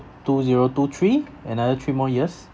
two zero two three another three more years